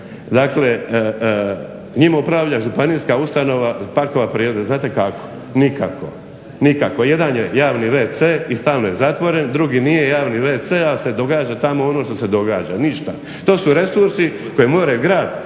dakle njima upravlja Županijska ustanova parkova prirode. Znate kako? Nikako. Jedan je javni wc i stalno je zatvoren, drugi nije javni wc ali se događa tamo ono što se događa, ništa. To su resursi koje je grad